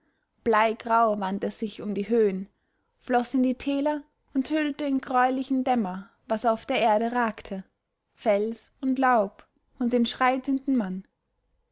bleigrau wand er sich um die höhen floß in die täler und hüllte in gräulichen dämmer was auf der erde ragte fels und laub und den schreitenden mann